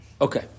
Okay